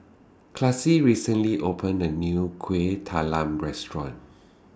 Classie recently opened A New Kueh Talam Restaurant